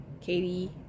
Katie